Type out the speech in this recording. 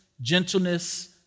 gentleness